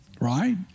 right